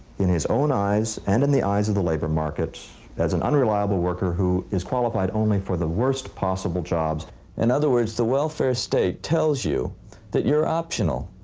in his own eyes and in the eyes of the labor market as an unreliable worker, who is qualified only for the worst possible jobs. gilder in other words, the welfare state tells you that you're optional,